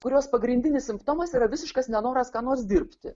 kurios pagrindinis simptomas yra visiškas nenoras ką nors dirbti